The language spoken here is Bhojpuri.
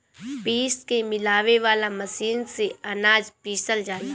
पीस के मिलावे वाला मशीन से अनाज पिसल जाला